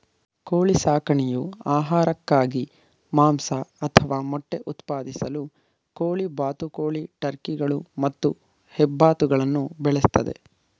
ಕೋಳಿ ಸಾಕಣೆಯು ಆಹಾರಕ್ಕಾಗಿ ಮಾಂಸ ಅಥವಾ ಮೊಟ್ಟೆ ಉತ್ಪಾದಿಸಲು ಕೋಳಿ ಬಾತುಕೋಳಿ ಟರ್ಕಿಗಳು ಮತ್ತು ಹೆಬ್ಬಾತುಗಳನ್ನು ಬೆಳೆಸ್ತದೆ